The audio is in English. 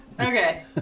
Okay